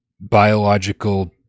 biological